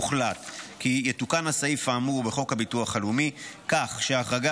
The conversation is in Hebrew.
הוחלט כי יתוקן הסעיף האמור בחוק הביטוח הלאומי כך שההחרגה